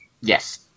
Yes